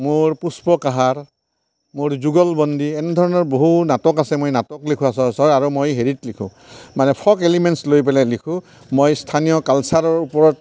মোৰ পুষ্প কঁহাৰ মোৰ যুগলবন্দী এনেধৰণৰ বহু নাটক আছে মই নাটক লিখোঁ সচৰাচৰ আৰু মই হেৰিত লিখোঁ মানে ফক এলিমেণ্টছ লৈ পেলাই লিখোঁ মই স্থানীয় কালচাৰৰ ওপৰত